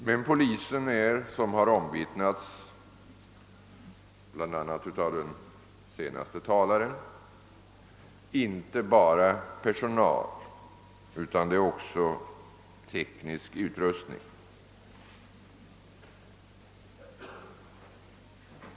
Men polisväsendet omfattar såsom omvittnats av bl.a. den föregående talaren inte bara personal utan också teknisk utrustning.